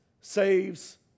saves